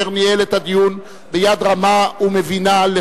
אשר ניהל את הדיון ביד רמה ומבינה את